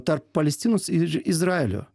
tarp palestinos ir izraelio